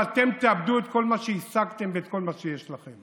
ואתם תאבדו את כל מה שהשגתם ואת כל מה שיש לכם.